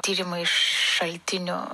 tyrimais šaltinių